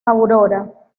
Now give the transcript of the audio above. aurora